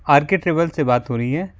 are K travels से बात हो रही है